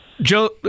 Joe